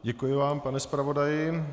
Děkuji vám, pane zpravodaji.